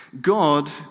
God